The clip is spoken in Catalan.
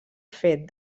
fet